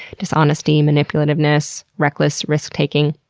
dishonesty, manipulativeness, reckless risk taking.